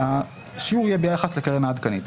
השיעור יהיה ביחס לקרן העדכנית.